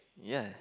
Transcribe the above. ya